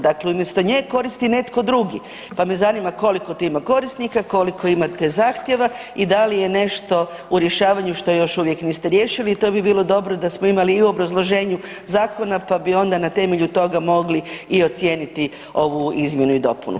Dakle umjesto nje koristi netko drugi pa me zanima koliko tu ima korisnika, koliko imate zahtjeva i da li je nešto u rješavanju što još uvijek niste riješili i to bi bilo dobro da smo imali i u obrazloženju zakona, pa bi onda na temelju toga mogli i ocijeniti ovu izmjenu i dopunu.